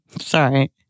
Sorry